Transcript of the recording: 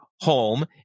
home